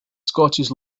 scottish